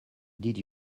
did